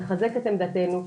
לחזק את עמדתנו,